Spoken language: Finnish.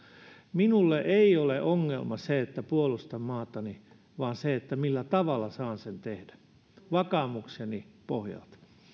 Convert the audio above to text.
minulle ei ole ongelma se että puolustan maatani vaan se millä tavalla saan sen tehdä vakaumukseni pohjalta